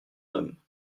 homme